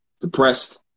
depressed